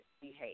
behave